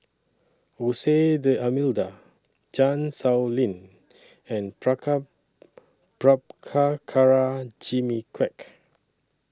Jose D'almeida Chan Sow Lin and Praka Prabhakara Jimmy Quek